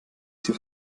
sie